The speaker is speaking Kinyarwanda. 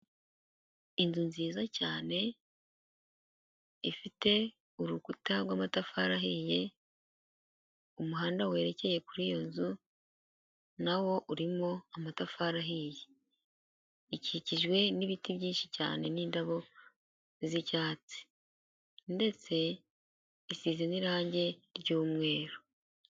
Inzu nziza cyane, ifite urukuta rw'amatafari ahiye, umuhanda werekeye kuri iyo nzu nawo urimo amatafari ahiye, ikikijwe n'ibiti byinshi cyane n'indabo z'icyatsi ndetse isize n'irangi ry'umweru.